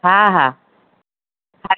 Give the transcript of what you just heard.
हा हा